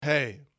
Hey